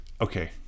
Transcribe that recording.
okay